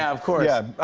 of course. yeah,